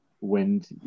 wind